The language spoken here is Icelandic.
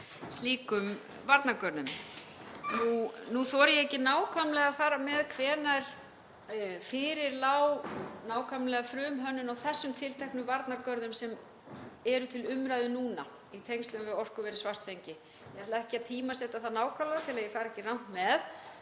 mikil óvissa. Nú þori ég ekki alveg að fara með hvenær fyrir lá nákvæmlega frumhönnun á þessum tilteknu varnargörðum sem eru til umræðu núna í tengslum við orkuverið í Svartsengi. Ég ætla ekki að tímasetja það nákvæmlega svo ég fari ekki rangt með.